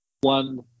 one